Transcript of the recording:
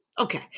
Okay